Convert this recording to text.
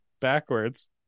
Backwards